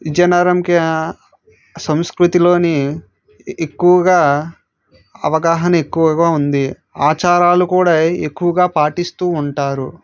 విజయనగరంకే సంస్కృతిలోని ఎక్కువగా అవగాహన ఎక్కువగా ఉంది ఆచారాలు కూడా ఎక్కువగా పాటిస్తూ ఉంటారు